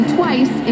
twice